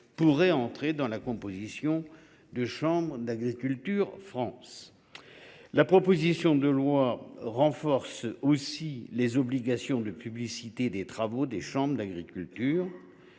pourraient entrer dans la composition de Chambres d’agriculture France. La proposition de loi renforce aussi les obligations de publicité des travaux des chambres d’agriculture.